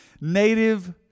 native